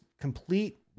complete